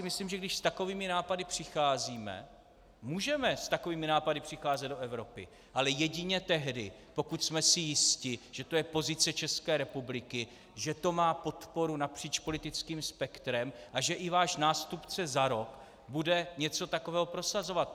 Myslím si, že když s takovými nápady přicházíme, můžeme s takovými nápady přicházet do Evropy, ale jedině tehdy, pokud jsme si jisti, že to je pozice České republiky, že to má podporu napříč politickým spektrem a že i váš nástupce za rok bude něco takového prosazovat.